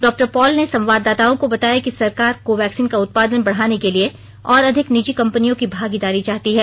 डॉ पॉल ने संवाददाताओं को बताया कि सरकार कोवैक्सीन का उत्पादन बढ़ाने के लिए और अधिक निजी कंपनियों की भागीदारी चाहती है